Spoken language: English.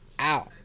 ow